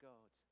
God